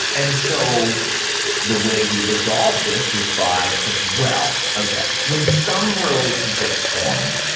and so the way we resolve this is by thinking, well, okay, when some relationships form,